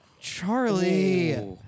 Charlie